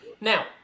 Now